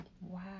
wow